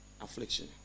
affliction